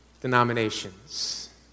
denominations